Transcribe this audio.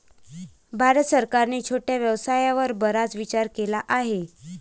भारत सरकारने छोट्या व्यवसायावर बराच विचार केला आहे